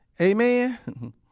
Amen